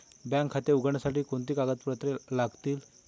Bank खाते उघडण्यासाठी कोणती कागदपत्रे लागतील?